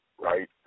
right